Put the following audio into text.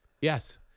Yes